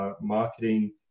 marketing